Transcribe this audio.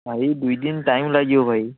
ଭାଇ ଦୁଇଦିନ ଟାଇମ୍ ଲାଗିବ ଭାଇ